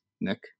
Nick